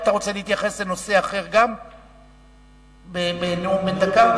אתה רוצה להתייחס גם לנושא אחר בנאום בן דקה?